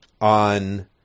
on –